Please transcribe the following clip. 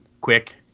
quick